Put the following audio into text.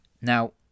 Now